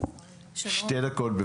שתי דקות.